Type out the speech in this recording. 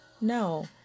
no